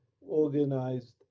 organized